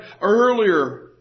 earlier